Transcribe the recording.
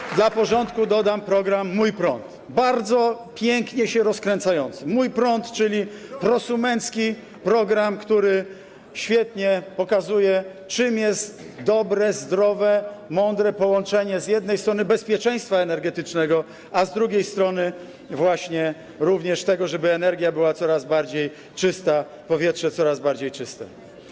I dla porządku dodam program „Mój prąd”, bardzo pięknie się rozkręcający - „Mój prąd”, czyli prosumencki program, który świetnie pokazuje, czym jest dobre, zdrowe, mądre połączenie z jednej strony bezpieczeństwa energetycznego, a z drugiej strony właśnie również tego, żeby energia była coraz bardziej czysta, powietrze coraz bardziej czyste.